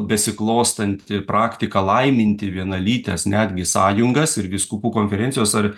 besiklostanti praktika laiminti vienalytes netgi sąjungas ir vyskupų konferencijos ar